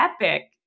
epic